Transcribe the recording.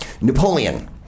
Napoleon